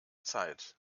zeit